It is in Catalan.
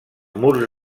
murs